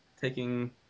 taking